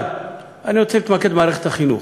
אבל אני רוצה להתמקד במערכת החינוך.